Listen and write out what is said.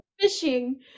fishing